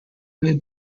bay